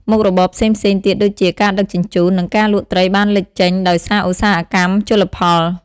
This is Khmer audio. មុខរបរផ្សេងៗទៀតដូចជា ការដឹកជញ្ជូន និងការលក់ត្រីបានលេចចេញដោយសារឧស្សាហកម្មជលផល។